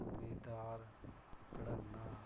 churidar घट्टना